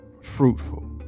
fruitful